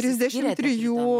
trisdešim trijų